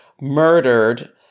murdered